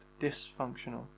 dysfunctional